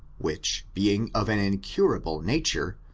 which, being of an incurable nature,